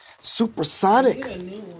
Supersonic